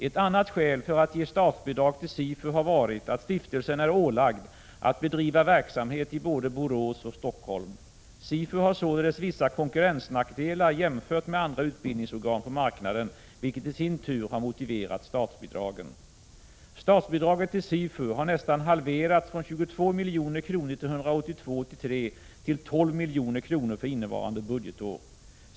Ett annat skäl för att ge statsbidrag till SIFU har varit att stiftelsen är ålagd att bedriva verksamhet i både Borås och Stockholm. SIFU har således vissa konkurrensnackdelar jämfört med andra utbildningsorgan på marknaden, vilket i sin tur har motiverat statsbidragen. Statsbidraget till SIFU har nästan halverats från 22 milj.kr. år 1982/83 till 12 milj.kr. för innevarande budgetår.